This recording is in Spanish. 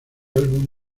álbum